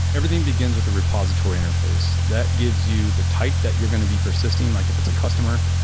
everything begins with a repository interface. that gives you the type that you're going to be persisting, like if it's a customer,